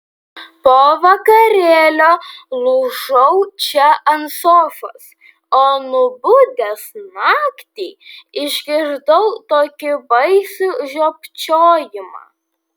po vakarėlio lūžau čia ant sofos o nubudęs naktį išgirdau tokį baisų žiopčiojimą